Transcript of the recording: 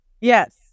Yes